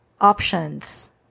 options